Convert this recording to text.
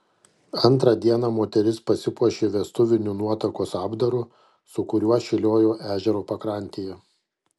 antrą dieną moteris pasipuošė vestuviniu nuotakos apdaru su kuriuo šėliojo ežero pakrantėje